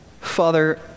Father